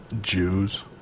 Jews